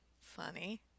Funny